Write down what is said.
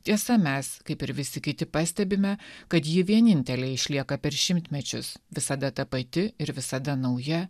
tiesa mes kaip ir visi kiti pastebime kad ji vienintelė išlieka per šimtmečius visada ta pati ir visada nauja